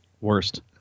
Worst